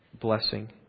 blessing